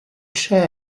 chair